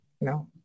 no